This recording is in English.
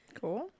Cool